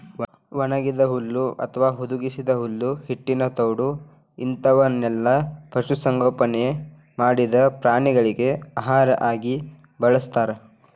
ಒಣಗಿದ ಹುಲ್ಲು ಅತ್ವಾ ಹುದುಗಿಸಿದ ಹುಲ್ಲು ಹಿಟ್ಟಿನ ತೌಡು ಇಂತವನ್ನೆಲ್ಲ ಪಶು ಸಂಗೋಪನೆ ಮಾಡಿದ ಪ್ರಾಣಿಗಳಿಗೆ ಆಹಾರ ಆಗಿ ಬಳಸ್ತಾರ